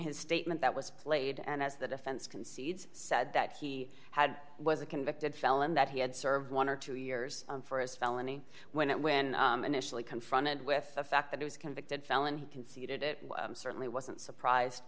his statement that was played and as the defense concedes said that he had was a convicted felon that he had served one or two years for his felony when it when initially confronted with the fact that he was convicted felon he conceded it certainly wasn't surprised